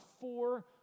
four